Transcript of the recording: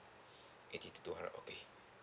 eighty to two hundred okay